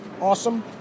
Awesome